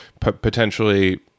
potentially